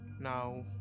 now